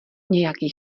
nějaký